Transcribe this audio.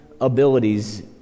abilities